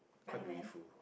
quite beautiful